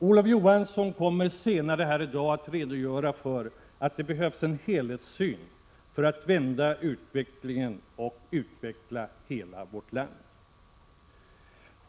Olof Johansson kommer senare i dag att redogöra för att det behövs en helhetssyn för att vända utvecklingen och utveckla hela vårt land.